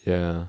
ya